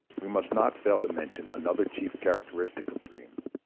we must not fail to mention another chief characteristic of dreams,